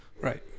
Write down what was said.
right